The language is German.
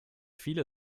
viele